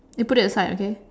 then put it aside okay